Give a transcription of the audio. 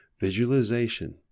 visualization